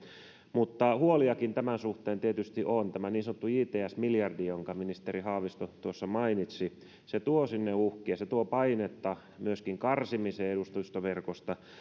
mutta huoliakin tämän suhteen tietysti on tämä niin sanottu jts jts miljardi jonka ministeri haavisto tuossa mainitsi tuo sinne uhkia se tuo painetta myöskin karsimiseen edustustoverkosta